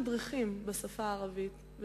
למדריכים בשפה הערבית,